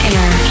Air